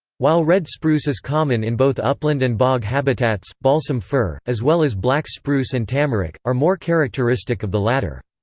while red spruce is common in both upland and bog habitats, balsam fir, as well as black spruce and tamarack, are more characteristic of the latter.